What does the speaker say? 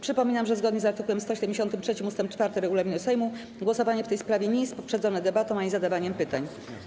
Przypominam, że zgodnie z art. 173 ust. 4 regulaminu Sejmu głosowanie w tej sprawie nie jest poprzedzone debatą ani zadawaniem pytań.